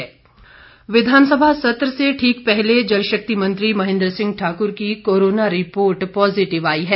महेन्द्र सिंह विधानसभा सत्र से ठीक पहले जल शक्ति मंत्री महेन्द्र सिंह ठाकुर की कोरोना रिपोर्ट पॉज़िटिव पाई गई है